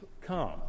come